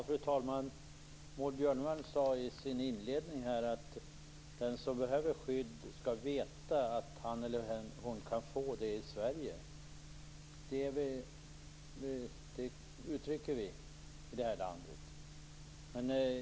Fru talman! Maud Björnemalm sade i sin inledning att den som behöver skydd skall veta att han eller hon kan få det i Sverige. Det uttrycker vi i detta land.